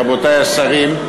רבותי השרים,